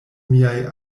miaj